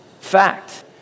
Fact